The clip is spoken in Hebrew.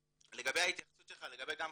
לגבי ההתייחסות שלך, לגבי חריגים,